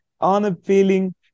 unappealing